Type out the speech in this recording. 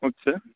okay sir